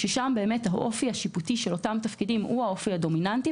שם האופי השיפוטי של אותם תפקידים הוא האופי הדומיננטי.